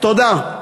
תודה.